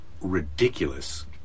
ridiculous